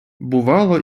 бувало